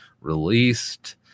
released